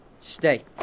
stay